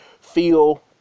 feel